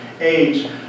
age